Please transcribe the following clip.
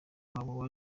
wabo